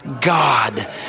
God